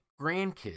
grandkids